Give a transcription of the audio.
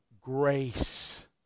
grace